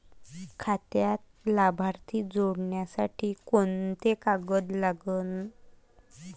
खात्यात लाभार्थी जोडासाठी कोंते कागद लागन?